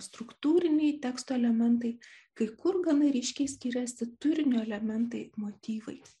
struktūriniai teksto elementai kai kur gana ryškiai skiriasi turinio elementai motyvai